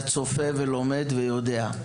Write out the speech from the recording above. אתה צופה ולומד ויודע,